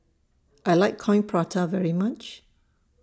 I like Coin Prata very much